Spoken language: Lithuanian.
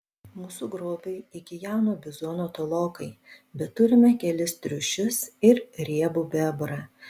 mūsų grobiui iki jauno bizono tolokai bet turime kelis triušius ir riebų bebrą